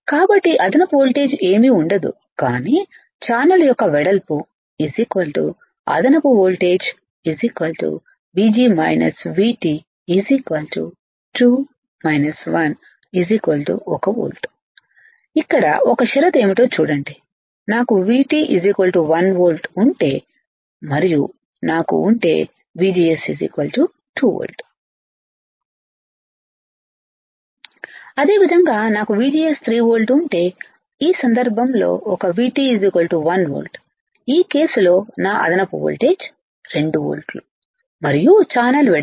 కాబట్టి అదనపు వోల్టేజ్ ఏమీ ఉండదు కానీ ఛానల్ యొక్క వెడల్పు అదనపు వోల్టేజ్ VGS VT 2 - 1 1వోల్ట్ ఇక్కడ ఒక షరతు ఏమిటో చూడండి నాకు V T 1 వోల్ట్ ఉంటే మరియు నాకు ఉంటే VGS 2 వోల్ట్ అదేవిధంగా నాకు VGS 3 వోల్ట్ ఉంటే ఈ సందర్భంలో ఒక V T 1 వోల్ట్ ఈ కేసు లో నా అదనపు వోల్టేజ్ 2 వోల్ట్లు మరియు ఛానెల్ వెడల్పు